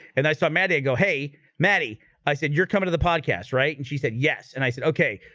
and i saw maddie go hey maddie i said you're coming to the podcast right and she said yes, and i said, okay.